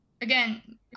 again